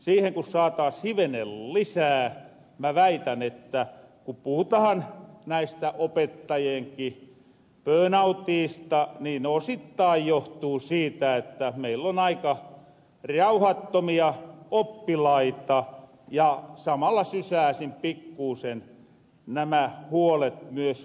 siihen kun saataas hivenen lisää mä väitän että ku puhutahan näistä opettajienki pöönauteista niin ne osittain johtuu siitä että meil on aika rauhattomia oppilaita ja samalla sysääsin pikkuusen nämä huolet myös lasten vanhempihin